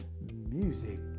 music